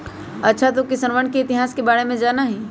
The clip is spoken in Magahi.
अच्छा तू सिक्कवन के इतिहास के बारे में जाना हीं?